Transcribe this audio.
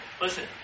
Listen